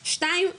שתיים,